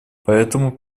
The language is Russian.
поэтому